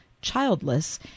childless